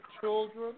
children